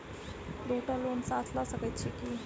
दु टा लोन साथ लऽ सकैत छी की?